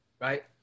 right